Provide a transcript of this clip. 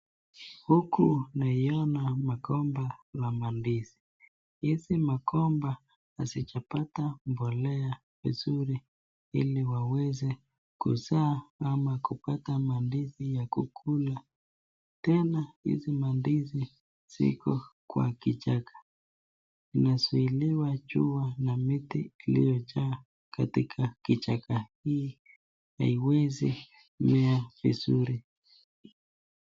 Huku kuna migomba ya mandizi. Hii migomba hazijapata mbolea vizuri ili iweze kuzaa au kupata mandizi ya kukula. Tena hizi ndizi ziko kwa kichaka, inazuiliwa juu na miti iliyojaa katika kichaka hiki. Haiwezi kumea vizuri.